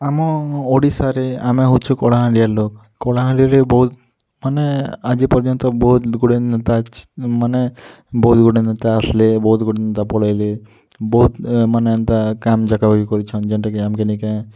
ଆମ ଓଡ଼ିଶାରେ ଆମେ ହଉଛୁ କଳାହାଣ୍ଡିଆ ଲୋକ୍ କଳାହାଣ୍ଡିରେ ବହୁତ ମାନେ ଆଜି ପର୍ଯ୍ୟନ୍ତ ବହୁତ ଗୁଡ଼ିଏ ନେତା ଅଛି ମାନେ ବହୁତ ଗୁଡ଼ିଏ ନେତା ଆସିଲେ ବହୁତ ଗୁଡ଼ିଏ ନେତା ପଳେଇଲେ ବହୁତ ମାନେ ଏନ୍ତା କାମ୍ ଯାକ୍ କରିଛନ୍ତି ଯେଉଁଟା କି ଆମ୍କେ ନିକେ